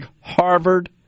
Harvard